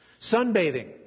sunbathing